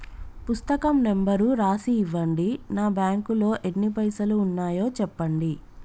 పుస్తకం నెంబరు రాసి ఇవ్వండి? నా బ్యాంకు లో ఎన్ని పైసలు ఉన్నాయో చెప్పండి?